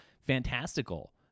Fantastical